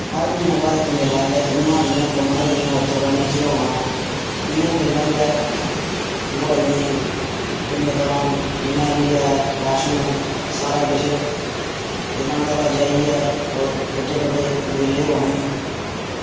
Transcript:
हर म्हीनै दे बाद इक मेला इ'यां गै जि'यां परमंडल उत्तरबैह्नी च गै होना इनें मेलें ई गै लोहाइयें ई पिंड दान जिन्ना बी ऐ राशन सारा किश दकाना परा जाइयै हृोर एड्डे बड्डे मेले होने न